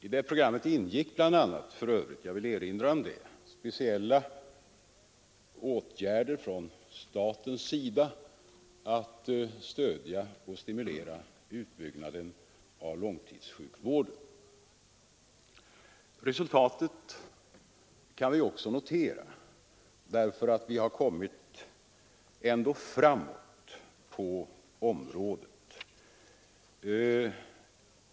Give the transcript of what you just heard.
I det programmet ingick bl.a. speciella åtgärder från statens sida för att stödja och stimulera utbyggnaden av åldringssjukvården. Resultatet kan vi också notera — vi har haft en positiv utveckling på området.